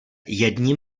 jedním